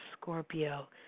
Scorpio